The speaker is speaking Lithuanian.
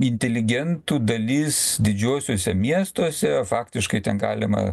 inteligentų dalis didžiuosiuose miestuose faktiškai ten galima